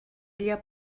ella